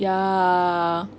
ya